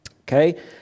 Okay